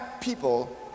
people